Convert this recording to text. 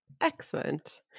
Excellent